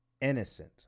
Innocent